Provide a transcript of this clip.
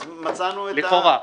אז מצאנו את --- לכאורה.